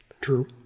True